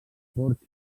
porxo